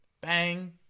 Bang